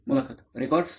मुलाखत रेकॉर्डस